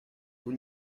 vous